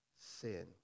sin